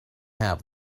have